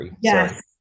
Yes